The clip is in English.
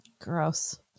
gross